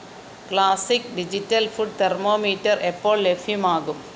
classic digital food thermometer എപ്പോൾ ലഭ്യമാകും